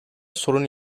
sorun